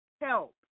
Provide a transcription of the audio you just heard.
help